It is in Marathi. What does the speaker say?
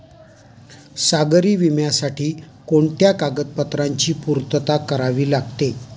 सागरी विम्यासाठी कोणत्या कागदपत्रांची पूर्तता करावी लागते?